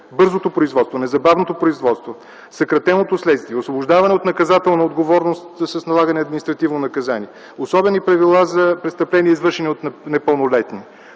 бързото производство, незабавното производство, съкратеното следствие, освобождаване от наказателна отговорност с налагане административно наказание, особени правила за престъпления извършени от непълнолетни.